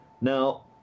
Now